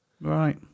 Right